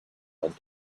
and